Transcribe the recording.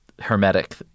hermetic